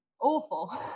awful